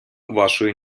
вашу